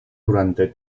durante